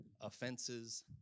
offenses